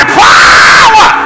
power